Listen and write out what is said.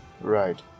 Right